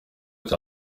cya